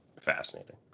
fascinating